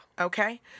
Okay